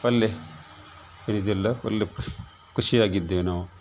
ಒಳ್ಳೆ ಇದೆಲ್ಲ ಒಳ್ಳೆ ಖುಷಿಯಾಗಿದ್ದೆವು ನಾವು